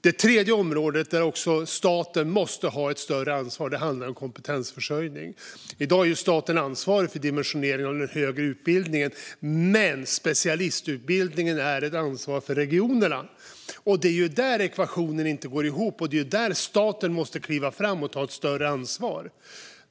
Det tredje området är att staten måste utöva ett större ansvar. Det handlar om kompetensförsörjning. I dag är staten ansvarig för dimensionering av den högre utbildningen, men specialistutbildningen är ett ansvar för regionerna. Det är där ekvationen inte går ihop, och det är där staten måste kliva fram och ta ett större ansvar.